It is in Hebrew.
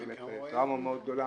בן כמה הוא היה?